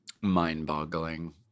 Mind-boggling